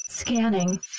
Scanning